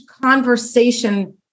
conversation